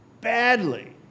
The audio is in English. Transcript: badly